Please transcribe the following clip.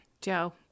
Joe